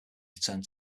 returned